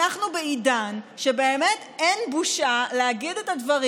אנחנו בעידן שבאמת אין בושה להגיד את הדברים